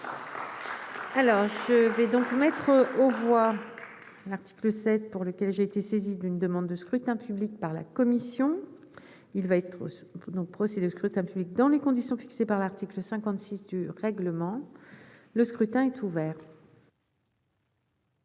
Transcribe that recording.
Merci. Je vais donc mettre aux voix. L'article 7 pour lequel j'ai été saisi d'une demande de scrutin public par la Commission, il va être donc procès de scrutin public dans les conditions fixées par l'article 56 du règlement, le scrutin est ouvert.